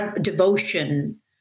devotion